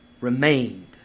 remained